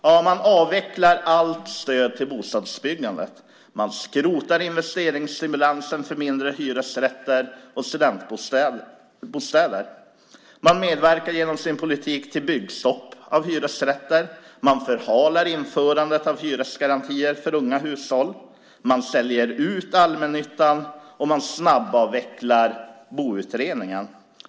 Ja, man avvecklar allt stöd till bostadsbyggandet. Man skrotar investeringsstimulansen för mindre hyresrätter och studentbostäder. Man medverkar genom sin politik till byggstopp av hyresrätter. Man förhalar införandet av hyresgarantier för unga hushåll. Man säljer ut allmännyttan. Man snabbavvecklar Boutredningen.